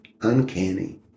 uncanny